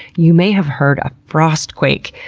you may have heard a frost quake,